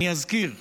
אני אזכיר שוב,